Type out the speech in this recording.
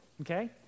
Okay